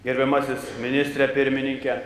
gerbiamasis ministre pirmininke